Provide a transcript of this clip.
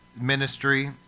ministry